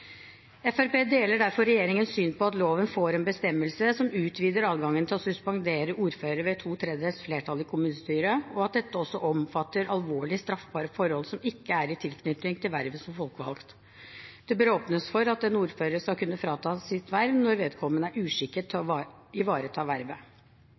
Fremskrittspartiet deler derfor regjeringens syn på at loven får en bestemmelse som utvider adgangen til å suspendere ordføreren ved to tredjedels flertall i kommunestyret, og at dette også omfatter alvorlige straffbare forhold som ikke er i tilknytning til vervet som folkevalgt. Det bør åpnes for at en ordfører skal kunne fratas sitt verv når vedkommende er uskikket til